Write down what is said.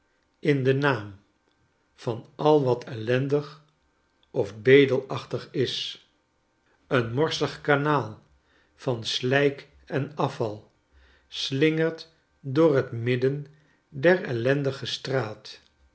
in den naam van al wat ellendig of bedel achtig is een morsig kanaal van slijk en afval slingert door het midden der eliendige straat